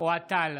אוהד טל,